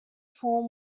form